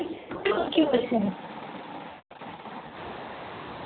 কি বলছেন